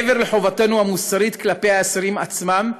מעבר לחובתנו המוסרית כלפי האסירים עצמם,